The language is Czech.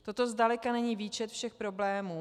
Toto zdaleka není výčet všech problémů.